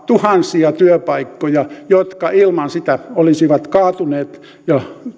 tuhansia työpaikkoja jotka ilman sitä olisivat kaatuneet ja